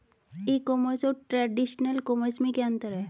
ई commerce और traditional commerce में क्या अंतर है?